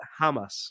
Hamas